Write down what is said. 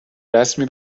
رسمی